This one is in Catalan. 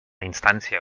instància